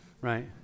Right